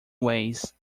ways